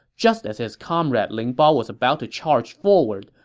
just as his comrade ling bao was about to charge forward,